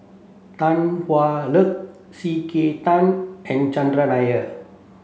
Tan Hwa Luck C K Tang and Chandran Nair